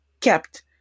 kept